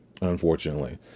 unfortunately